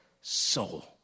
soul